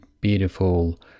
beautiful